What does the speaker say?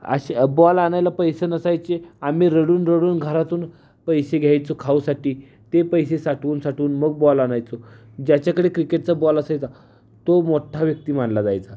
असे बॉल आणायला पैसे नसायचे आम्ही रडून रडून घरातून पैसे घ्यायचो खाऊसाठी ते पैसे साठवून साठवून मग बॉल आणायचो ज्याच्याकडे क्रिकेटचा बॉल असायचा तो मोठ्ठा व्यक्ती मानला जायचा